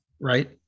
Right